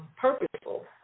purposeful